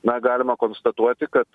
na galima konstatuoti kad